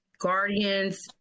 guardians